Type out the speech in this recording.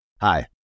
Hi